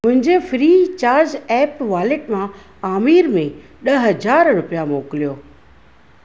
मुंहिंजे Freecharge app wallet मां आमिर में ॾह हज़ार रुपिया मोकिलियो